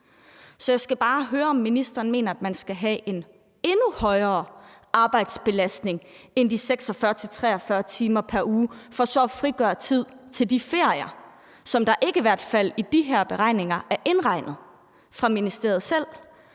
Så jeg skal bare høre, om ministeren mener, at man skal have en endnu højere arbejdsbelastning end de 36-43 timer pr. uge for så at frigøre tid til de ferier, som i hvert fald ikke i de her beregninger er indregnet af ministeriet selv.